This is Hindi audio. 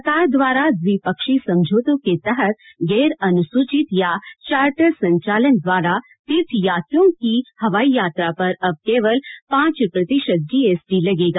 सरकार द्वारा द्विपक्षीय समझौतों के तहत गैर अनुसूचित या चार्टर संचालन द्वारा तीर्थयात्रियों की हवाई यात्रा पर अब केवल पांच प्रतिशत जीएसटी लगेगा